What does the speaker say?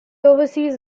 overseas